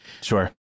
sure